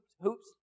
hoops